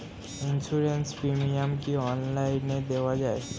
Insurance premium কি online দেওয়া যায়?